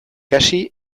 hasi